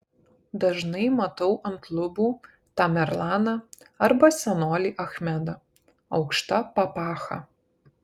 dažnai matau ant lubų tamerlaną arba senolį achmedą aukšta papacha